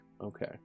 okay